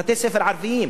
בבתי-ספר ערביים,